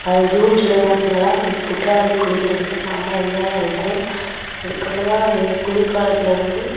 அதுவும் June July மாதத்துலேலாம் குற்றாலம் போய் குளிக்கிறதுக்கு செம்மை என்ஜாயாக இருக்கும் அதுக்கப்புறமா அந்த குளிர்காலத்தில் வந்து